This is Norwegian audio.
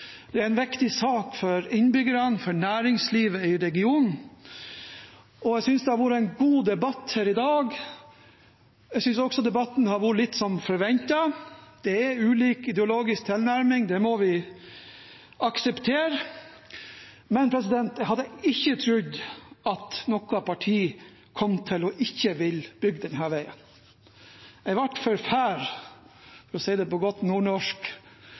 Det er en viktig sak for innbyggerne og næringslivet i regionen, og jeg synes det har vært en god debatt her i dag. Jeg synes også debatten har vært litt som forventet. Det er ulik ideologisk tilnærming, det må vi akseptere, men jeg hadde ikke trodd at noe parti kom til ikke å ville bygge denne veien. Æ vart forfærd, for å si det på godt nordnorsk,